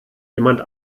jemand